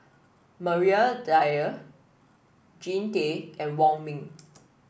Maria Dyer Jean Tay and Wong Ming